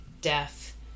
death